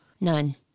none